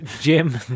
Jim